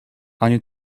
ani